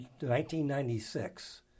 1996